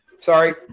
Sorry